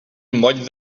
moll